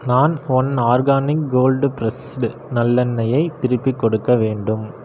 நான் one organic cold pressed நல்லெண்ணெய்யை திருப்பிக் கொடுக்க வேண்டும்